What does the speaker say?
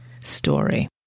story